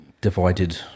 divided